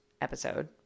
episode